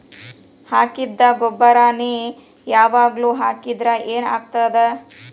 ಹಾಕಿದ್ದ ಗೊಬ್ಬರಾನೆ ಯಾವಾಗ್ಲೂ ಹಾಕಿದ್ರ ಏನ್ ಆಗ್ತದ?